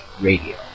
Radio